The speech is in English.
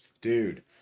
dude